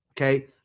Okay